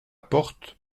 porte